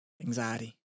Anxiety